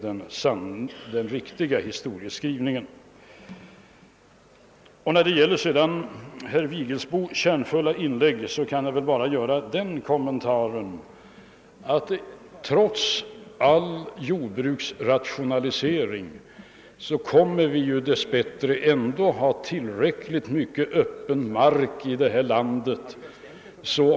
Sådan är den riktiga historieskrivningen. Med anledning av herr Vigelsbos kärnfulla inlägg kan jag bara göra den kommentaren att vi trots all jordbruksrationalisering dess bättre kommer att ha tillräckligt mycket av öppen mark i vårt land för potatisodling.